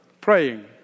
praying